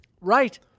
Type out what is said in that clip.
Right